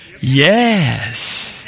Yes